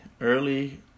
early